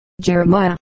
Jeremiah